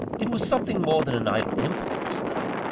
it was something more than an idle impulse though.